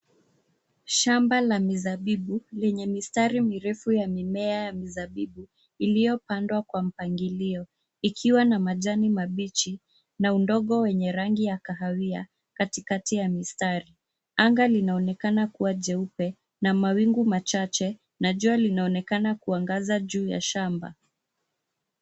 Shamba aa mizabibu, lenye mistari mirefu ya mimea ya mizabibu iliyopandwa kwa mpangilio, ikiwa na majani mabichi na udongo wenye rangi ya kahawia katikati ya mistari. Anga linaonekana kuwa jeupe na mawingu mchache na jua linaonekana kuangaza juu ya shamba.